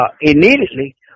immediately